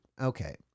okay